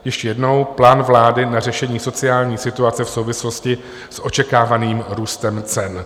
Ještě jednou: Plán vlády na řešení sociální situace v souvislosti s očekávaným růstem cen.